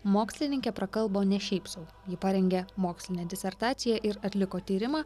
mokslininkė prakalbo ne šiaip sau ji parengė mokslinę disertaciją ir atliko tyrimą